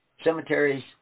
cemeteries